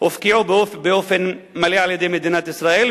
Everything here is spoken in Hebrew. הופקעו באופן מלא על-ידי מדינת ישראל,